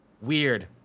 Weird